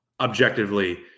objectively